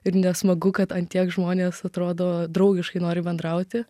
ir nesmagu kad an tiek žmonės atrodo draugiškai nori bendrauti